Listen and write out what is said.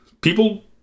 people